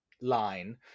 line